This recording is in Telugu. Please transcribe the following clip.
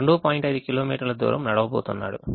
5 కిలోమీటర్ల దూరం నడవబోతున్నాడు